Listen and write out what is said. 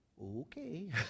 Okay